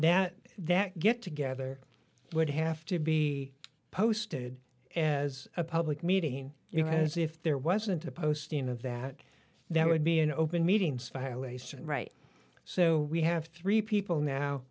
that that get together would have to be posted and as a public meeting you has if there wasn't a posting of that there would be an open meetings violation right so we have three people now